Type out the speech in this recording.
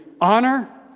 honor